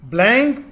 Blank